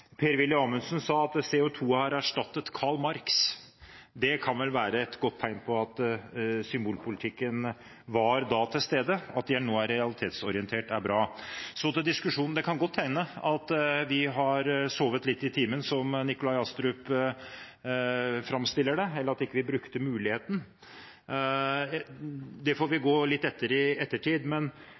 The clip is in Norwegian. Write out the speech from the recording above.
Per-Willy Amundsen, sa at CO2 har erstattet Karl Marx. Det kan vel være et godt tegn på at symbolpolitikken da var til stede. At de nå er realitetsorientert, er bra. Så til diskusjonen – det kan godt hende at vi har sovet litt i timen, slik Nikolai Astrup framstiller det, eller at vi ikke brukte muligheten. Det får vi gå litt etter i ettertid.